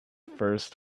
first